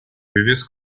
previous